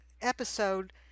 episode